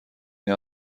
این